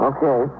Okay